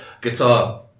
Guitar